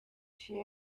she